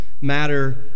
matter